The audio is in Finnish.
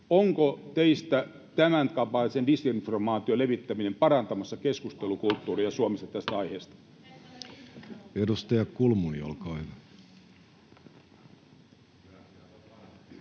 onko teistä tämäntapaisen disinformaation levittäminen parantamassa keskustelukulttuuria Suomessa tästä aiheesta? [Speech 45] Speaker: